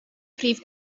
prif